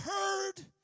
heard